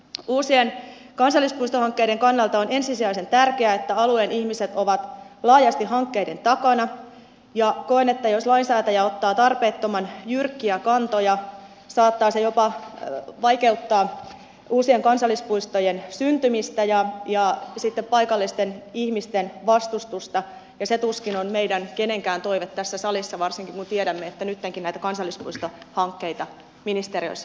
uusien kansallispuistohankkeiden kannalta on ensisijaisen tärkeää että alueen ihmiset ovat laajasti hankkeiden takana ja koen että jos lainsäätäjä ottaa tarpeettoman jyrkkiä kantoja saattaa se jopa vaikeuttaa uusien kansallispuistojen syntymistä ja aiheuttaa paikallisten ihmisten vastustusta ja se tuskin on meidän kenenkään toive tässä salissa varsinkin kun tiedämme että nyttenkin näitä kansallispuistohankkeita ministeriöissä selvitellään